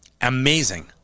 Amazing